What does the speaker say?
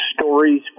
Stories